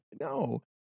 no